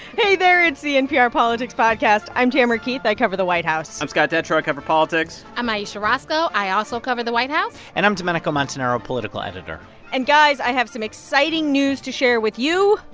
hey there. it's the npr politics podcast. i'm tamara keith. i cover the white house i'm scott detrow. i cover politics i'm ayesha rascoe. i also cover the white house and i'm domenico montanaro, political editor and, guys, i have some exciting news to share with you.